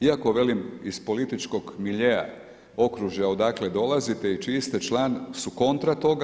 Iako velim, iz političkog miljea, okružja odakle dolazite i čiji ste član su kontra toga.